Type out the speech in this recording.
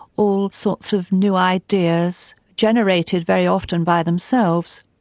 all sorts of new ideas, generated very often by themselves,